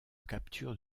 capture